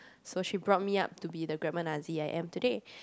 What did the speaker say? so she brought me up to be the grammar Nazi I am today